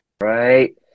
right